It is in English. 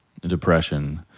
depression